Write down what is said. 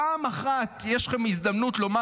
פעם אחת יש לכם הזדמנות לומר,